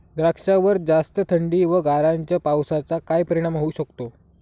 द्राक्षावर जास्त थंडी व गारांच्या पावसाचा काय परिणाम होऊ शकतो?